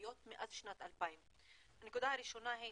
עיקריות מאז שנת 2000. הנקודה הראשונה היא